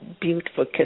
beautiful